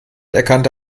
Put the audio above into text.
erkannte